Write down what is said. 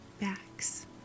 backs